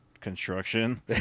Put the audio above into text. construction